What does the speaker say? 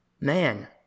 Man